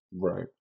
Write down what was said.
Right